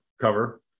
cover